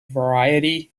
variety